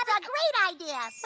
a great idea. so